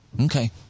Okay